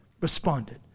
Responded